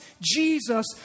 Jesus